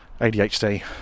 ADHD